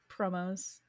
promos